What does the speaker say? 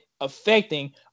affecting